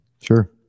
sure